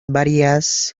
varias